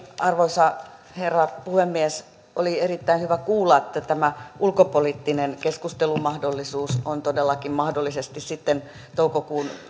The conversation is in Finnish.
arvoisa herra puhemies oli erittäin hyvä kuulla että tämä ulkopoliittinen keskustelumahdollisuus on todellakin mahdollisesti sitten toukokuun